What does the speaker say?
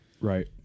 Right